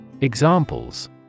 Examples